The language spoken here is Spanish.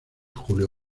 julio